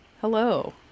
Hello